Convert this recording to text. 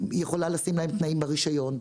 יכולה לשים להם תנאים ברישיון,